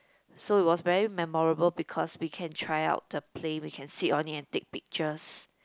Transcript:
so it was very memorable because we can try out the plane we can sit on it and take pictures